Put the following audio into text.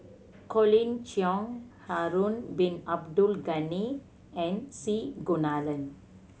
Colin Cheong Harun Bin Abdul Ghani and C Kunalan